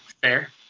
fair